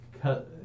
cut